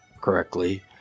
correctly